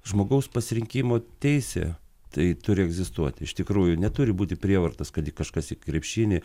žmogaus pasirinkimo teisė tai turi egzistuoti iš tikrųjų neturi būti prievartos kad į kažkas į krepšinį